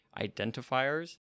identifiers